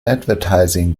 advertising